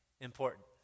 important